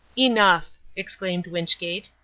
enough, exclaimed wynchgate,